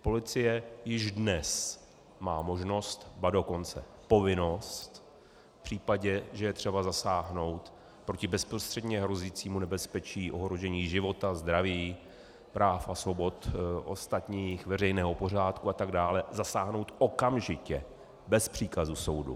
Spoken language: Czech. Policie již dnes má možnost, ba dokonce povinnost v případě, že je třeba zasáhnout proti bezprostředně hrozícímu nebezpečí ohrožení života, zdraví, práv a svobod ostatních, veřejného pořádku atd., zasáhnout okamžitě, bez příkazu soudu.